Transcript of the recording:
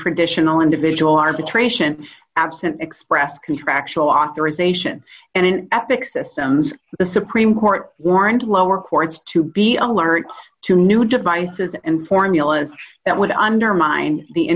traditional individual arbitration absent express contractual authorization and an epic systems the supreme court warned lower courts to be alert to new devices and formulas that would undermine the